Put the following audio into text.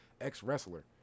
ex-wrestler